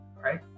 right